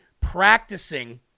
practicing